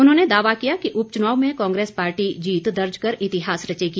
उन्होंने दावा किया कि उपचुनाव में कांग्रेस पार्टी जीत दर्ज कर इतिहास रचेगी